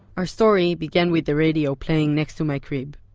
our story began with the radio playing next to my crib.